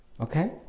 Okay